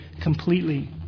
completely